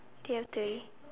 do you three